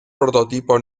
prototipo